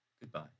Goodbye